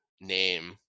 name